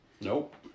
Nope